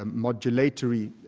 ah modulatory,